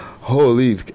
holy